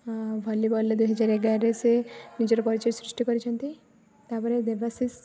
ଭଲିବଲ୍ରେ ଦୁଇ ହଜାର ଏଗାରରେ ସେ ନିଜର ପରିଚୟ ସୃଷ୍ଟି କରିଛନ୍ତି ତା'ପରେ ଦେବାଶିସ୍